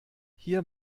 hier